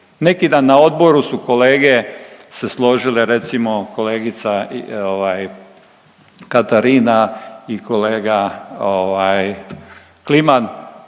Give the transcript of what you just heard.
Neki dan na odboru su kolege se složile, recimo, kolegica ovaj, Katarina i kolega ovaj,